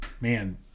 man